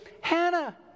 Hannah